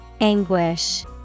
Anguish